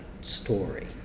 story